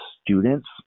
students